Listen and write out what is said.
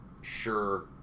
sure